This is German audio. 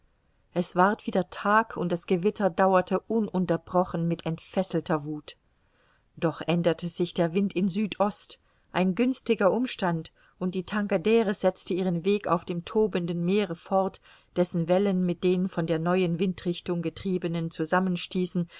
es ward wieder tag und das gewitter dauerte ununterbrochen mit entfesselter wuth doch änderte sich der wind in südost ein günstiger umstand und die tankadere setzte ihren weg auf dem tobenden meere fort dessen wellen mit den von der neuen windrichtung getriebenen zusammenstießen